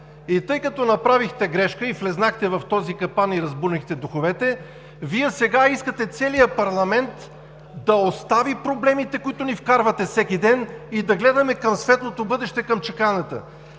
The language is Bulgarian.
Тъй като направихте грешка, влезнахте в този капан и разбунихте духовете, Вие сега искате целият парламент да остави проблемите, в които ни вкарвате всеки ден, и да гледаме към светлото бъдеще, към чакалнята.